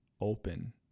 open